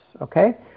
okay